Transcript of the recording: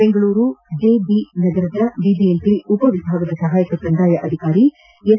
ಬೆಂಗಳೂರಿನ ಜೀವನಬಿಮಾನಗರದ ಬಿಬಿಎಂಪಿ ಉಪವಿಭಾಗದ ಸಹಾಯಕ ಕಂದಾಯ ಅಧಿಕಾರಿ ಎಸ್